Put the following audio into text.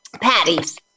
patties